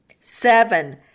seven